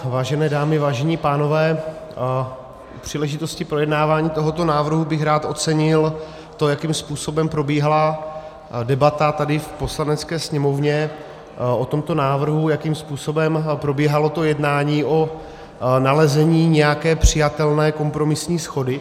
Vážené dámy, vážení pánové, u příležitosti projednávání tohoto návrhu bych rád ocenil to, jakým způsobem probíhala debata tady v Poslanecké sněmovně o tomto návrhu, jakým způsobem probíhalo jednání o nalezení nějaké přijatelné, kompromisní shody.